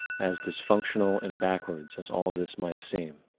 as dysfunctional and and backwards as all of this might seem,